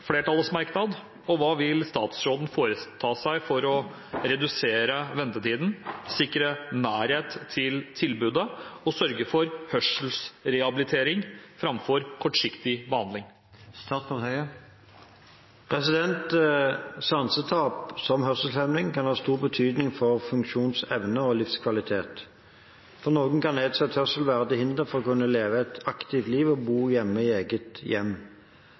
flertallets merknad, og hva vil statsråden foreta seg for å redusere ventetiden, sikre nærhet til tilbudet og sørge for hørselsrehabilitering fremfor kortsiktig behandling?» Sansetap, som hørselshemning, kan ha stor betydning for funksjonsevne og livskvalitet. For noen kan nedsatt hørsel være til hinder for å kunne leve et aktivt liv og bo lenger i eget hjem